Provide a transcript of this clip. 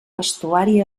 vestuari